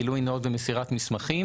גילוי נאות ומסירת מסמכים)